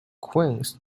queens